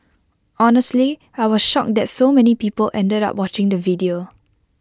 honestly I was shocked that so many people ended up watching the video